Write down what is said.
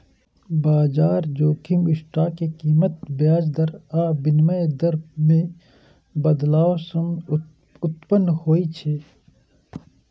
बाजार जोखिम स्टॉक के कीमत, ब्याज दर आ विनिमय दर मे बदलाव सं उत्पन्न होइ छै